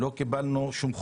ולא קיבלנו שום חומר.